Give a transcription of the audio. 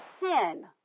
sin